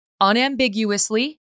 unambiguously